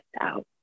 out